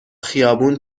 خیابون